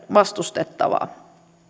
vastustettavaa